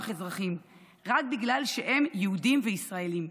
אזרחים רק בגלל שהם יהודים וישראלים.